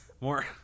More